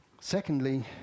Secondly